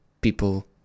people